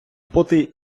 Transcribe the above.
потий